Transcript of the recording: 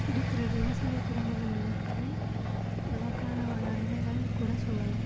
இருக்கிற விவசாய குடும்பங்கள் அனைத்துமே நமக்கான ஒரு நன்மைகள் கூட சொல்லலாம்